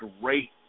great